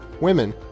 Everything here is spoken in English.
Women